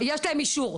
יש להם אישור,